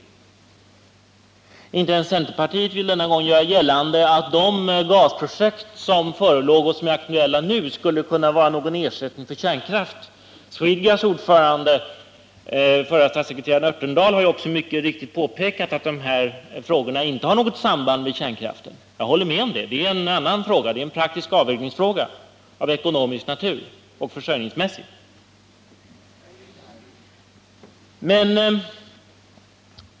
Inte ens centerpartiet vill denna gång göra gällande att de gasprojekt som är aktuella nu skulle kunna vara någon ersättning för kärnkraften. Swedegas ordförande, förre statssekreteraren Örtendahl, har också påpekat att frågorna kring naturgasen inte har något samband med kärnkraften. Jag håller med om det. Här gäller det en praktisk avvägningsfråga av ekonomisk och försörjningsmässig natur.